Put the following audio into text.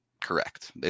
Correct